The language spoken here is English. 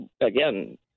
again